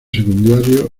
secundarios